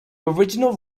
original